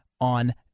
on